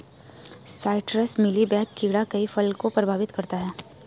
citrus mealybug कीड़ा कई फल को प्रभावित करता है